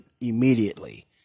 immediately